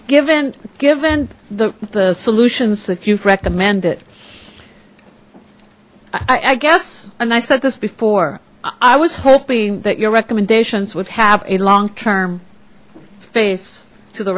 given given given the solutions that you've recommended i guess and i said this before i was hoping that your recommendations would have a long term face to the